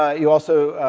ah you also,